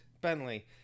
Bentley